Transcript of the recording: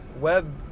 web